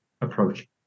approach